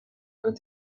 und